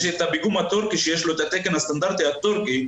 יש את הפיגום הטורקי שיש לו את התקן הסטנדרטי הטורקי,